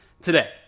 today